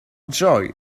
joy